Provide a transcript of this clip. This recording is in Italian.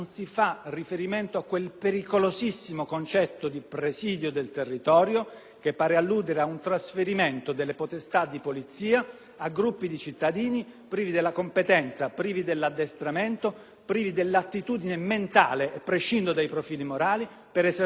che pare alludere ad un trasferimento delle potestà di polizia a gruppi di cittadini privi della competenza, dell'addestramento, dell'attitudine mentale - e prescindo dai profili morali - per esercitare il presidio del territorio, che è una delle prerogative ineludibili